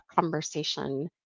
conversation